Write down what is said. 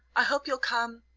i hope you'll come